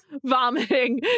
vomiting